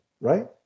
right